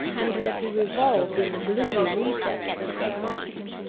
and that he revolved in the gloomy recesses of his mind,